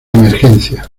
emergencia